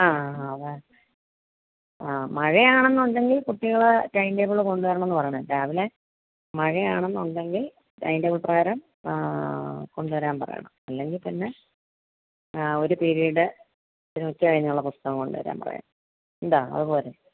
ആ ആ അതെ ആ മഴയാണെന്ന് ഉണ്ടെങ്കിൽ കുട്ടികൾ ടൈം ടേബിൾ കൊണ്ട് വരണം എന്ന് പറയണം രാവിലെ മഴയാണ് എന്ന് ഉണ്ടെങ്കിൽ ടൈം ടേബിൾ പ്രകാരം കൊണ്ടുവരാൻ പറയണം അല്ലെങ്കിൽ പിന്നെ ഒരു പിരിയഡ് ഉച്ച കഴിഞ്ഞുള്ള പുസ്തകം കൊണ്ടുവരാൻ പറയാം എന്താ അതുപോരെ